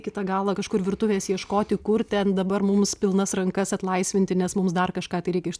kitą galą kažkur virtuvės ieškoti kur ten dabar mums pilnas rankas atlaisvinti nes mums dar kažką tai reikia iš